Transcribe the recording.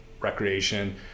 recreation